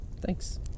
thanks